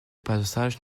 passages